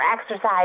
exercise